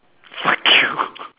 fuck you